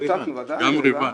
אורי,